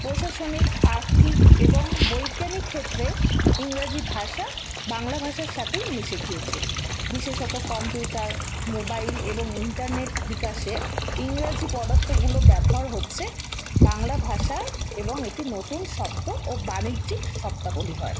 প্রশাসনিক আর্থিক এবং বৈজ্ঞানিক ক্ষেত্রে ইংরাজি ভাষা বাংলা ভাষার সাথেই মিশে গিয়েছে বিশেষত কম্পিউটার মোবাইল এবং ইন্টারনেট বিকাশে ইংরাজি পদার্থগুলো ব্যবহার হচ্ছে বাংলা ভাষার এবং এটি নতুন শব্দ ও বাণিজ্যিক শব্দাবলী হয়